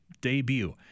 debut